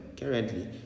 currently